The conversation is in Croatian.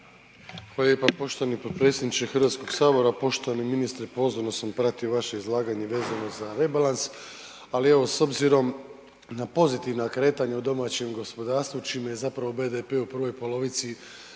Hvala lijepa poštovani potpredsjedniče Hrvatskog sabora. Poštovani ministre pozorno sam pratio vaše izlaganje vezano za rebalans, ali evo s obzirom na pozitivna kretanja u domaćem gospodarstvu čime je zapravo BDP u prvoj polovici